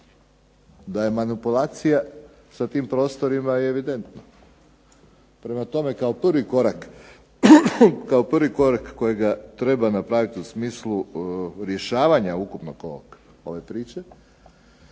Da je manipulacija s tim prostorima je evidentno. Prema tome, kao prvi korak kojega treba napraviti u smislu rješavanja ukupne ove priče